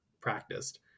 practiced